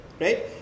right